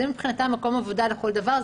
זה מבחינתם מקום עבודה לכל דבר.